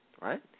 right